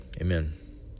amen